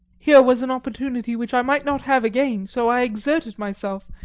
here was an opportunity which i might not have again, so i exerted myself,